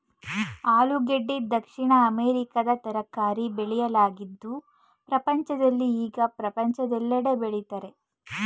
ಆಲೂಗೆಡ್ಡೆ ದಕ್ಷಿಣ ಅಮೆರಿಕದ ತರಕಾರಿ ಬೆಳೆಯಾಗಿದ್ದು ಪ್ರಪಂಚದಲ್ಲಿ ಈಗ ಪ್ರಪಂಚದೆಲ್ಲೆಡೆ ಬೆಳಿತರೆ